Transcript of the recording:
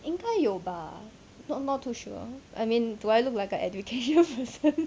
应该有吧 not not too sure I mean do I look like an education person